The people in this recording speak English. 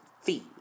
Fee